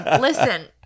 listen